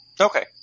Okay